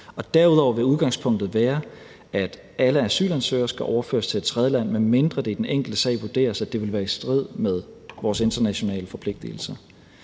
Derudover vil udgangspunktet være, at alle asylansøgere skal overføres til et tredjeland, medmindre det i den enkelte sag vurderes, at det vil være i strid med vores internationale forpligtelser.